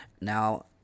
now